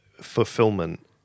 fulfillment